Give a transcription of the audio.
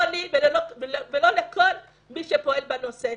לא לי ולא לכל מי שפועל בנושא.